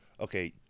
okay